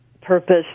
purpose